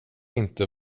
inte